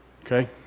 Okay